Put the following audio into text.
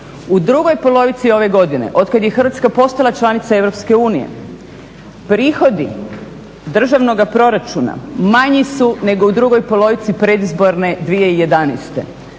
u drugoj polovici ove godine od kada je Hrvatska postala članica EU prihodi državnoga proračuna manji su nego u drugoj polovici predizborne 2011.za